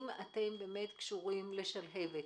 אם אתם קשורים לשלהבת,